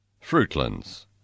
Fruitlands